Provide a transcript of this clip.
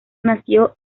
nació